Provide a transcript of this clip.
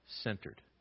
centered